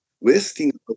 Westinghouse